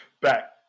back